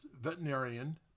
veterinarian